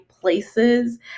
places